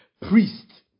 priest